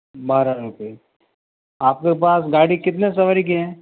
बारह रुपए आपके पास गाड़ी कितनी सवारी की है